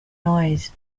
noise